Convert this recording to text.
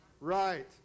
Right